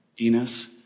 Enos